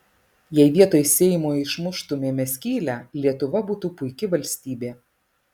jei vietoj seimo išmuštumėme skylę lietuva būtų puiki valstybė